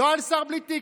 לא על שר בלי תיק,